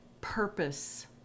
purpose